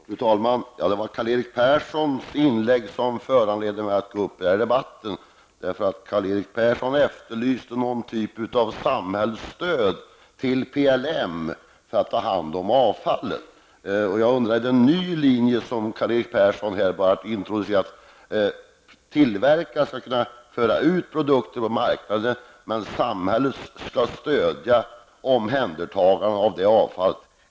Fru talman! Det var Karl-Erik Perssons inlägg som föranledde mig att begära ordet i denna debatt. Karl-Erik Persson efterlyste någon typ av samhällsstöd till PLMs omhändertagande av avfallet. Jag undrar om det är en ny linje som Karl Erik Persson introducerar, innebärande att tillverkare skall föra ut produkter på marknaden medan samhället skall stödja omhändertagandet av avfallet.